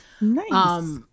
Nice